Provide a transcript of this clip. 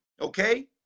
Okay